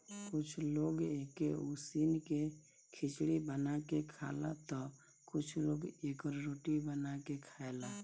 कुछ लोग एके उसिन के खिचड़ी बना के खाला तअ कुछ लोग एकर रोटी बना के खाएला